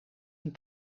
een